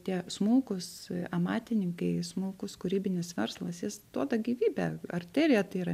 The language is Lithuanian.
tie smulkūs amatininkai smulkus kūrybinis verslas jis duoda gyvybę arteriją tai yra